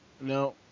no